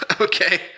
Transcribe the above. okay